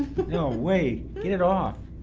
but no way! get it off!